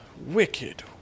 wicked